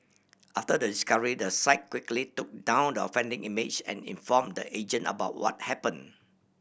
after the discovery the site quickly took down the offending image and inform the agent about what happen